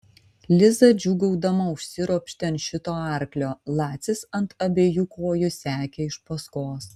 liza džiūgaudama užsiropštė ant šito arklio lacis ant abiejų kojų sekė iš paskos